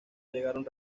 llegaron